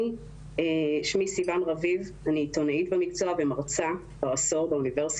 שמי סיוון רביב אני עיתונאית במקצוע ומרצה באוניברסיטה.